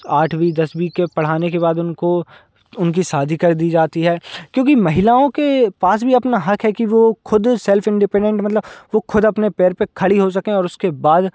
आठवी दसवीं के पढ़ाने के बाद उनको उनकी शादी कर दी जाती है क्योंकि महिलाओं के पास भी अपना हक है कि वो खुद सेल्फ इंडिपेनडेंट मतलब वो ख़ुद अपने पैर पर खड़ी हो सकें और उसके बाद